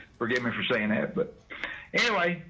forgive me for saying it. but anyway,